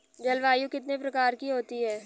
जलवायु कितने प्रकार की होती हैं?